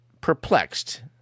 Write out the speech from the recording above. perplexed